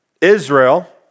Israel